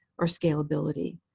or scalability.